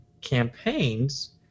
campaigns